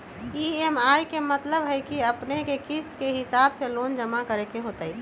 EMI के मतलब है कि अपने के किस्त के हिसाब से लोन जमा करे के होतेई?